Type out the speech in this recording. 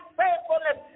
faithfulness